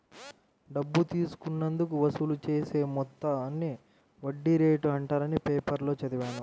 డబ్బు తీసుకున్నందుకు వసూలు చేసే మొత్తాన్ని వడ్డీ రేటు అంటారని పేపర్లో చదివాను